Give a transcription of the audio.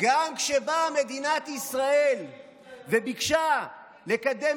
גם כשבאה מדינת ישראל וביקשה לקדם